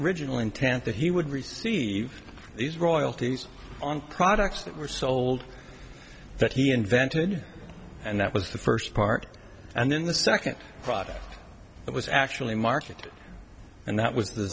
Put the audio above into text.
riginal intent that he would receive these royalties on products that were sold that he invented and that was the first part and then the second product that was actually marketed and that was the